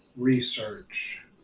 research